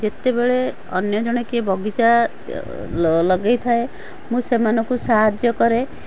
ଯେତେବେଳେ ଅନ୍ୟ ଜଣେ କିଏ ବଗିଚା ଲଗାଇଥାଏ ମୁଁ ସେମାନଙ୍କୁ ସାହାଯ୍ୟ କରେ